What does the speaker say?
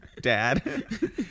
Dad